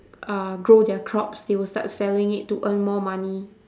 uh grow their crops they will start selling it to earn more money